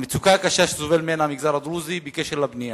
המצוקה הקשה שסובל ממנה המגזר הדרוזי בקשר לבנייה.